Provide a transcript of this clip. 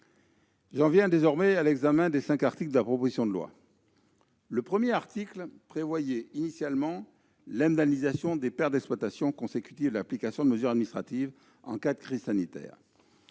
J'en viens désormais à l'examen des cinq articles de la proposition de loi. Le premier article prévoyait initialement l'indemnisation des pertes d'exploitation consécutives à l'application de mesures administratives en cas de crise sanitaire.